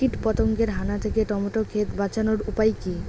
কীটপতঙ্গের হানা থেকে টমেটো ক্ষেত বাঁচানোর উপায় কি?